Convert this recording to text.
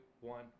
one